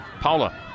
Paula